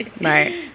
Right